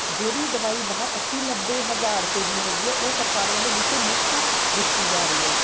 ਜਿਹੜੀ ਦਵਾਈ ਬਾਹਰ ਅੱਸੀ ਨੱਬੇ ਹਜ਼ਾਰ ਰੁਪਏ ਦੀ ਹੈਗੀ ਹੈ ਉਹ ਸਰਕਾਰ ਵੱਲੋਂ ਬਿਲਕੁਲ ਮੁਫ਼ਤ ਦਿੱਤੀ ਜਾ ਰਹੀ ਹੈ